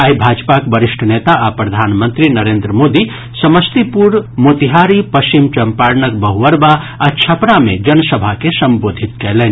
आइ भाजपाक वरिष्ठ नेता आ प्रधानमंत्री नरेन्द्र मोदी समस्तीपुर मोतिहारी पश्चिम चम्पारणक बहुअरबा आ छपरा मे जनसभा के संबोधित कयलनि